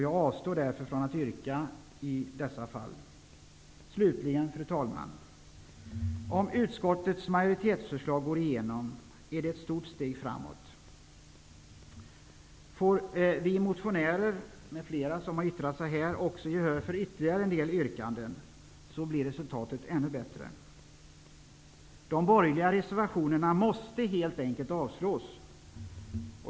Jag avstår därför från att yrka något i detta fall. Fru talman! Om utskottets majoritetsförslag går igenom är det ett stort steg framåt. Får vi motionärer och andra som har yttrat sig här också gehör för ytterligare en del yrkanden, så blir resultatet ännu bättre. De borgerliga reservationerna måste helt enkelt avslås.